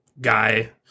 guy